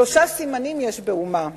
שלושה סימנים יש באומה זו: